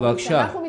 בבקשה.